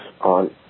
on